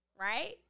right